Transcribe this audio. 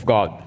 God